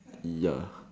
ya